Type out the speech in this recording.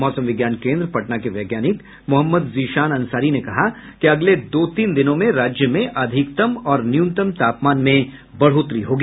मौसम विज्ञान केन्द्र पटना के वैज्ञानिक मोहम्मद जीशान अंसारी ने कहा कि अगले दो तीन दिनों में राज्य में अधिकतम और न्यूनतम तापमान में बढ़ोतरी होगी